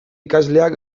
ikasleak